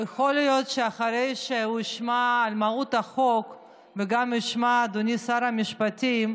יכול להיות שאחרי שהוא ישמע על מהות החוק וגם ישמע את אדוני שר המשפטים,